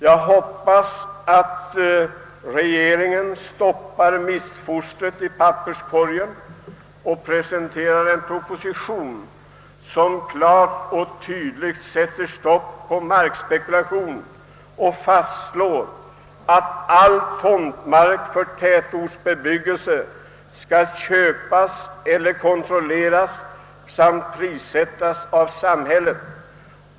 Jag hoppas att regeringen stoppar missfostret i papperskorgen och framlägger en proposition som utan vidare sätter stopp för markspekulationen och fastslår att all tomtmark för tätortsbebyggelse skall kontrolleras och prissättas av samhället.